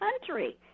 country